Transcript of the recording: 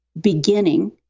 beginning